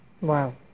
Wow